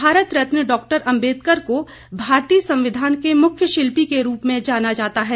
Bharat Ratna Dr Ambedkar को भारतीय संविधान के मुख्य शिल्पी के रूप में जाना जाता है